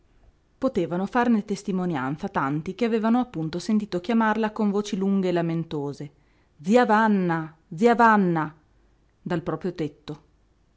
potevano farne testimonianza tanti che avevano appunto sentito chiamarla con voci lunghe e lamentose zia vanna zia vanna dal proprio tetto